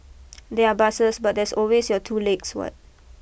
there are buses but there are always your two legs what